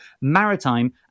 maritime